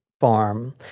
Farm